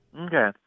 Okay